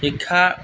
শিক্ষা